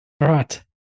right